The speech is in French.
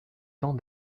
temps